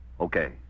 Okay